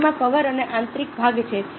પેનમાં કવર અને આંતરિક ભાગ છે